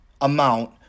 amount